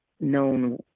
known